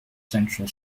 central